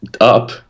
up